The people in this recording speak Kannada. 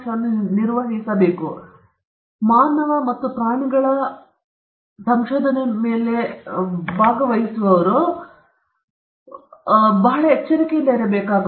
ಮಾನವ ಮತ್ತು ಪ್ರಾಣಿಗಳ ಭಾಗವಹಿಸುವವರು ಒಳಗೊಂಡಿರುವ ಸಂಶೋಧನೆ ಆದ್ದರಿಂದ ಇದು ಮತ್ತೊಂದು ಪ್ರಮುಖ ಡೊಮೇನ್ ಬಹಳ ಸೂಕ್ಷ್ಮ ಡೊಮೇನ್ ಪ್ರಾಣಿಗಳು ಮತ್ತು ಮಾನವರು ತೊಡಗಿಸಿಕೊಂಡಾಗ ಬಹಳ ಎಚ್ಚರಿಕೆಯಿಂದ ಇರಬೇಕು